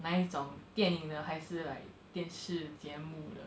哪一种电影的还是 like 电视节目的